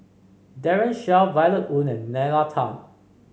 Daren Shiau Violet Oon and Nalla Tan